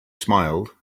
smiled